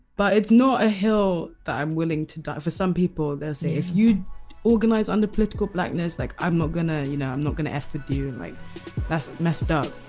but it's not a hill that i'm willing to die, for some people they'll say if you organise under political blackness like i'm not going to you know i'm not going to f with you. like that's messed up.